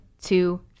two